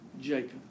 Jacob